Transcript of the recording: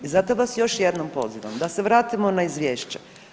zato vas još jednom pozivam da se vratimo na izvješće.